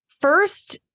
first